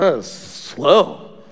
slow